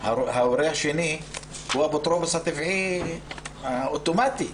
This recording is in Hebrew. ההורה השני הוא האפוטרופוס הטבעי אוטומטית,